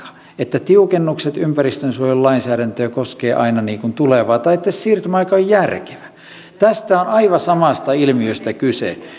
että tiukennukset ympäristönsuojelulainsäädäntöön koskevat aina tulevaa tai että siirtymäaika on järkevä tässä on aivan samasta ilmiöstä kyse